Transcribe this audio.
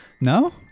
No